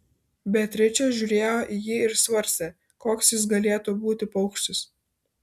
beatričė žiūrėjo į jį ir svarstė koks jis galėtų būti paukštis